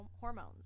hormones